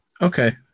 Okay